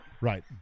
right